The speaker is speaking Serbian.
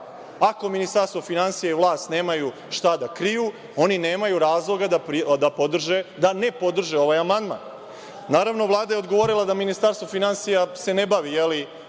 Ministarstvo finansija i vlast nemaju šta da kriju, nemaju razloga da ne podrže ovaj amandman. Naravno, Vlada je odgovorila da se Ministarstvo finansija ne bavi